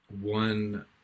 one